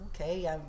Okay